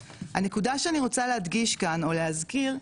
הנקודה שאני רוצה להדגיש כאן או להזכיר,